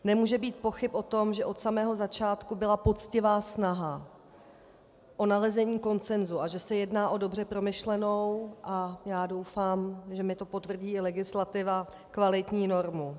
Nemůže být pochyb o tom, že od samého začátku byla poctivá snaha o nalezení konsenzu a že se jedná o dobře promyšlenou, a já doufám, že mi to potvrdí i legislativa, kvalitní normu.